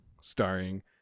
starring